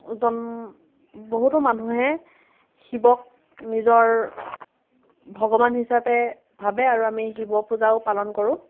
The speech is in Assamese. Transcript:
জন বহুতো মানুহে শিৱক নিজৰ ভগৱান হিচাপে ভাবে আৰু আমি শিৱ পূজাও পালন কৰোঁ